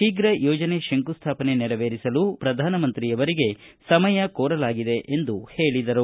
ಶೀಘ್ರ ಯೋಜನೆ ಶಂಕುಸ್ಥಾಪನೆ ನೆರವೇರಿಸಲು ಪ್ರಧಾನಮಂತ್ರಿಯವರಿಗೆ ಸಮಯ ಕೋರಲಾಗಿದೆ ಎಂದರು